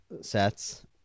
sets